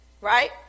Right